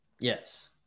yes